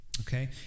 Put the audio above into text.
Okay